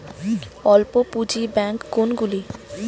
অল্প পুঁজি ব্যাঙ্ক কোনগুলি?